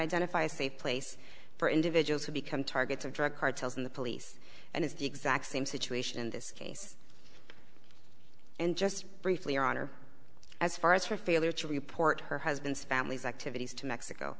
identify a safe place for individuals to become targets of drug cartels in the police and it's the exact same situation in this case and just briefly on or as far as for failure to report her husband's family's activities to mexico